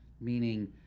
meaning